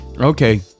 Okay